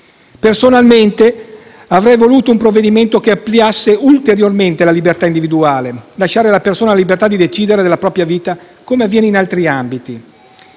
Personalmente, avrei voluto un provvedimento che ampliasse ulteriormente la libertà individuale, lasciando alla persona la libertà di decidere della propria vita come avviene in altri ambiti.